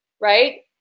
right